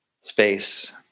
space